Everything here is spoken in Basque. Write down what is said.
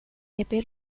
epe